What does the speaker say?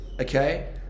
okay